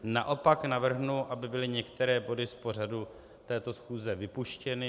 Naopak navrhnu, aby byly některé body z pořadu této schůze vypuštěny.